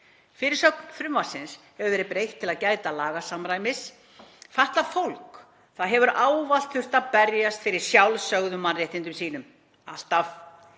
Fyrirsögn frumvarpsins hefur verið breytt til að gæta lagasamræmis. Fatlað fólk hefur ávallt þurft að berjast fyrir sjálfsögðum mannréttindum. Það